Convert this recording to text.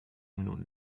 minuten